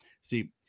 See